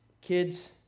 Kids